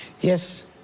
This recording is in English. Yes